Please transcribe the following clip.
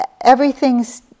everything's